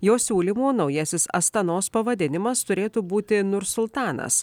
jo siūlymu naujasis astanos pavadinimas turėtų būti nursultanas